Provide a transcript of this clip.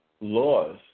laws